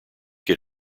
get